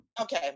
Okay